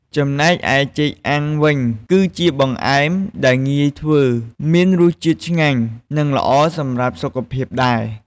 ចំណែកឯចេកអាំងវិញ គឺជាបង្អែមដែលងាយធ្វើ មានរសជាតិឆ្ងាញ់ និងល្អសម្រាប់សុខភាពដែរ។